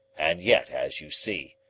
and yet, as you see,